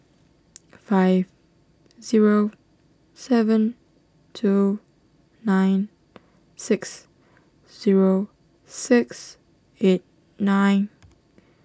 five zero seven two nine six zero six eight nine